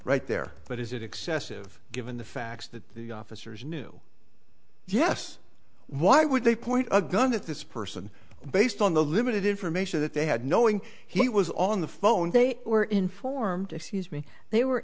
right there but is it excessive given the facts that the officers knew yes why would they point a gun at this person based on the limited information that they had knowing he was on the phone they were informed excuse me they were